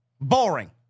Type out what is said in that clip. Boring